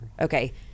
okay